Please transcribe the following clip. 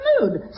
mood